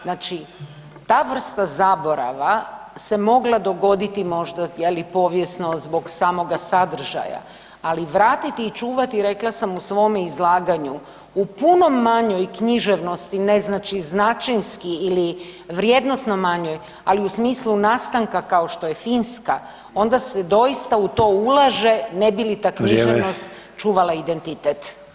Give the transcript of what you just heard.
Znači, ta vrsta zaborava se mogla dogoditi možda je li povijesno zbog samoga sadržaja, ali vratiti i čuvati rekla sam u svome izlaganju u puno manjoj književnosti ne znači značinski ili vrijednosno manjoj, ali u smislu nastanka kao što je Finska onda se doista u to ulaže ne bi li ta književnost [[Upadica: Vrijeme.]] čuvala identitet.